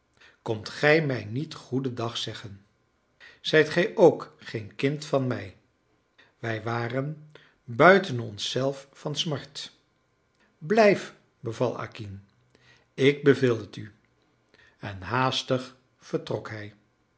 komt gij mij niet goedendag zeggen zijt gij ook geen kind van mij wij waren buiten ons zelf van smart blijf beval acquin ik beveel het u en haastig vertrok hij